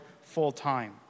full-time